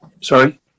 sorry